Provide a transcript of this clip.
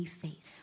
face